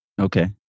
Okay